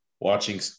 watching